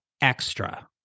extra